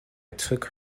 took